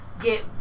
get